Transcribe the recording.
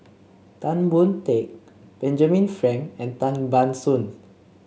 Tan Boon Teik Benjamin Frank and Tan Ban Soon